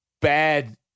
bad